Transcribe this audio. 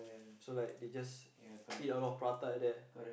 so like they just eat a lot of prata at there